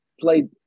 played